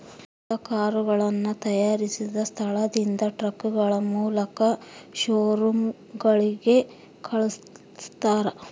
ಹೊಸ ಕರುಗಳನ್ನ ತಯಾರಿಸಿದ ಸ್ಥಳದಿಂದ ಟ್ರಕ್ಗಳ ಮೂಲಕ ಶೋರೂಮ್ ಗಳಿಗೆ ಕಲ್ಸ್ತರ